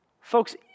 Folks